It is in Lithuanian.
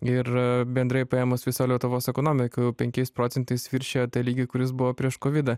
ir bendrai paėmus visa lietuvos ekonomika jau penkiais procentais viršijo tą lygį kuris buvo prieš kovidą